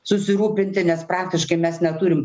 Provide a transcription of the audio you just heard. susirūpinti nes praktiškai mes neturim